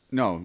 no